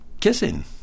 kissing